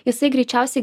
jisai greičiausiai